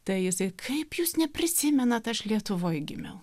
tai jisai kaip jūs neprisimenat aš lietuvoj gimiau